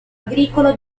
agricolo